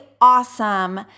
awesome